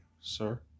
sir